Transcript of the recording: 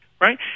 right